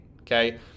Okay